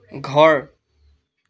ঘৰ